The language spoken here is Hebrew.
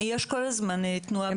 יש כל הזמן תנועה בדבר הזה.